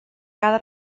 cada